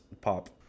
pop